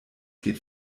geht